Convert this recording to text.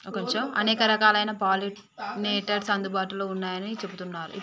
అనేక రకాలైన పాలినేటర్స్ అందుబాటులో ఉన్నయ్యని చెబుతున్నరు